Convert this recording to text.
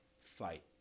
fight